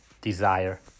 desire